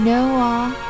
Noah